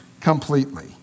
completely